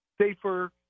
safer